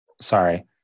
sorry